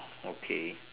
okay